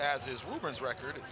as is woman's record